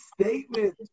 statement